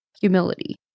humility